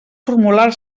formular